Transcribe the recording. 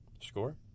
Score